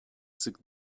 sık